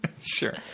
Sure